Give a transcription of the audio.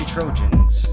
Trojans